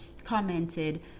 Commented